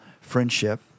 friendship